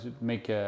make